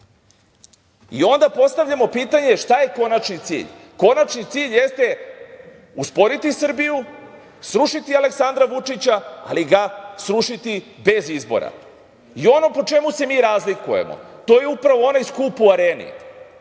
i onda postavljamo pitanje – šta je konačni cilj? Konačni cilj jeste usporiti Srbiju, srušiti Aleksandra Vučića, ali ga srušiti bez izbora. Ono po čemu se mi razlikujemo je upravo onaj skup u Areni,